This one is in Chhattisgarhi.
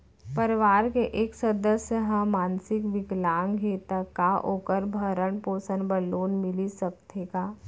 परवार के एक सदस्य हा मानसिक विकलांग हे त का वोकर भरण पोषण बर लोन मिलिस सकथे का?